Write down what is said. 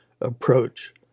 approach